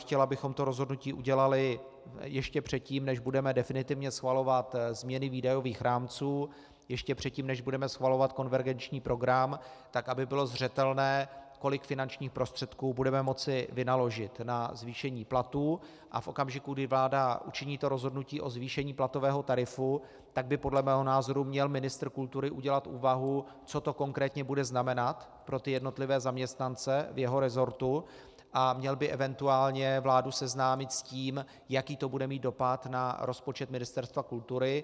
Chtěl bych, abychom to rozhodnutí udělali ještě předtím, než budeme definitivně schvalovat změny výdajových rámců, ještě předtím, než budeme schvalovat konvergenční program, tak aby bylo zřetelné, kolik finančních prostředků budeme moci vynaložit na zvýšení platů, a v okamžiku, kdy vláda učiní rozhodnutí o zvýšení platového tarifu, tak by podle mého názoru měl ministr kultury udělat úvahu, co to konkrétně bude znamenat pro jednotlivé zaměstnance v jeho resortu, a měl by eventuálně vládu seznámit s tím, jaký to bude mít dopad na rozpočet Ministerstva kultury.